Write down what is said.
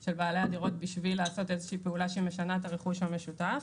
של בעלי הדירות בשביל לעשות איזושהי פעולה שמשנה את הרכוש המשותף,